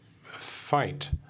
fight